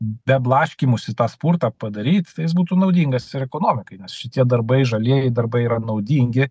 be blaškymosi tą sportą padaryt tai jis būtų naudingas ir ekonomikai nes šitie darbai žalieji darbai yra naudingi